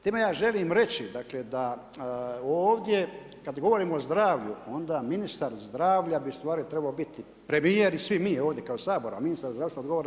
Time ja želim reći dakle da ovdje kad govorimo o zdravlju onda ministar zdravlja bi u stvari trebao biti premijer i svi mi ovdje kao sabor, a ministar zdravstva odgovara